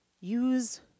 Use